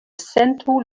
sentu